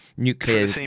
nuclear